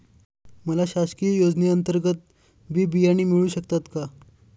मला शासकीय योजने अंतर्गत बी बियाणे मिळू शकतात का?